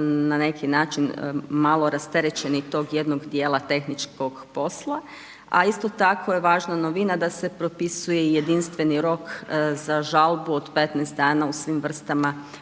na neki način malo rasterećeni tog jednog djela tehničkog posla a isto tako je važna novina da se propisuje jedinstveni rok za žalbu od 15 dana u svim vrstama postupaka.